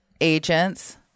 agents